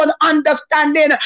understanding